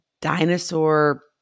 dinosaur